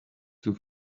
two